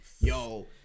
yo